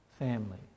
family